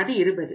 அது 20